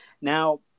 now